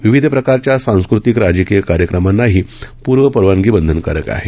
विविध प्रकारच्या सांस्कृतिक राजकीय कार्यक्रमांनाही पूर्वपरवानगी बंधनकारक आहे